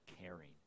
caring